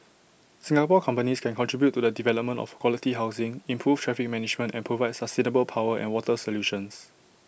Singapore companies can contribute to the development of quality housing improve traffic management and provide sustainable power and water solutions